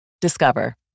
Discover